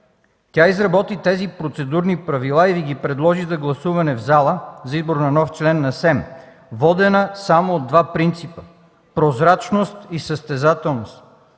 Тя изработи тези процедурни правила и Ви ги предложи за гласуване в зала за избор на нов член на СЕМ, водена само от два принципа – прозрачност и състезателност.